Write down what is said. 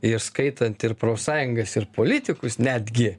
įskaitant ir profsąjungas ir politikus netgi